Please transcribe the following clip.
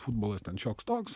futbolas ten šioks toks